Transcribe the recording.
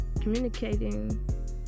communicating